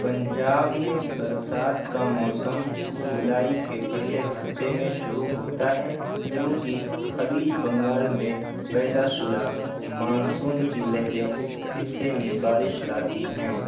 پنجاب میں برسات کا موسم جولائی کے پہلے ہفتے میں شروع ہوتا ہے کیونکہ خلیج بنگال میں پیدا شدہ مانسون کی لہریں خطے میں بارش لاتی ہیں